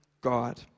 God